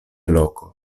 loko